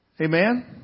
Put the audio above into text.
Amen